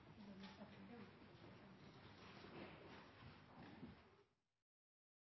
må snakke